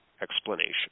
explanation